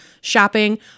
shopping